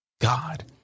God